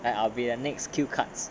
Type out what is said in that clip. then I'll be the next cue cards